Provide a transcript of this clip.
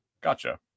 Gotcha